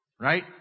right